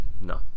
No